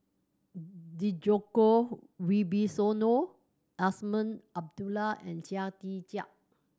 Djoko Wibisono Azman Abdullah and Chia Tee Chiak